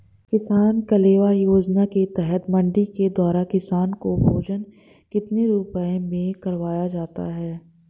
किसान कलेवा योजना के तहत मंडी के द्वारा किसान को भोजन कितने रुपए में करवाया जाता है?